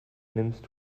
nimmst